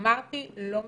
אמרתי, לא משמעותי.